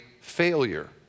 failure